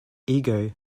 ego